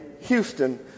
Houston